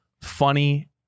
funny